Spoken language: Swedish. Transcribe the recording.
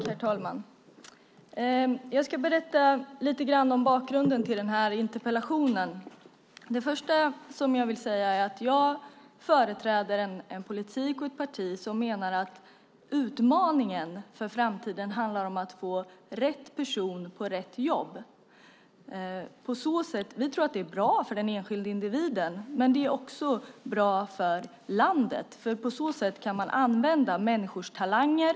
Herr talman! Jag ska berätta lite grann om bakgrunden till min interpellation. Det första som jag vill säga är att jag företräder en politik och ett parti som menar att utmaningen för framtiden handlar om att få rätt person på rätt jobb. Vi tror att det är bra för den enskilda individen. Det är också bra för landet, för på så sätt kan man använda människors talanger.